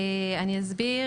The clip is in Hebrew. אני אסביר.